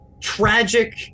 Tragic